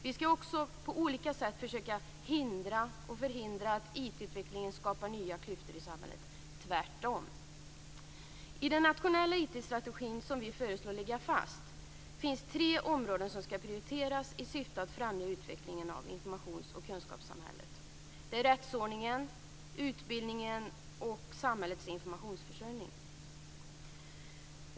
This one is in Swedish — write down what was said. Vi skall också på olika sätt försöka hindra och förhindra att IT-utvecklingen skapar nya klyftor i samhället, tvärtom. I den nationella IT-strategin som vi föreslår skall ligga fast finns tre områden som skall prioriteras i syfte att främja utvecklingen av informations och kunskapssamhället. Det är rättsordningen, utbildningen och samhällets informationsförsörjning.